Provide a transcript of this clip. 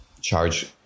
charge